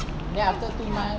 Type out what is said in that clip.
then after two months